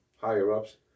higher-ups